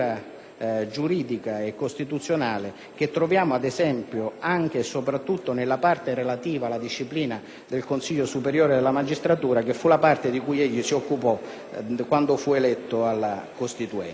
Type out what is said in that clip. giuridica e costituzionale che troviamo, ad esempio, anche e soprattutto nella parte relativa alla disciplina del Consiglio superiore della magistratura, che fu la parte di cui egli si occupò quando fu eletto alla Costituente.